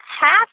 half